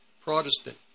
Protestant